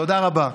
תודה רבה.